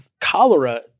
cholera